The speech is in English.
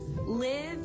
live